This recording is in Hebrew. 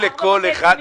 זה לא קרן קרב והיל"ה.